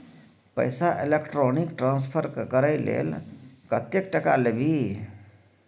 पैसा electronic transfer करय लेल कतेक टका लेबही